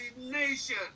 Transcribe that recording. nation